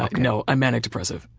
no, i'm manic-depressive.